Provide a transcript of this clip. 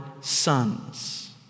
sons